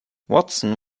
watson